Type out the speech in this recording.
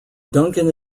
duncan